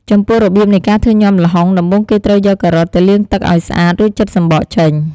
ចំំពោះរបៀបនៃការធ្វើញាំល្ហុង ដំបូងគេត្រូវយកការ៉ុតទៅលាងទឹកឱ្យស្អាត រួចចិតសំបកចេញ។